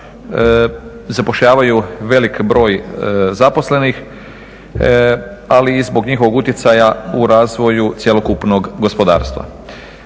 zapošljavaju velik broj zaposlenih, ali i zbog njihovog utjecaja u razvoju cjelokupnog gospodarstva.